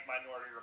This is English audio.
Minority